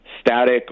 static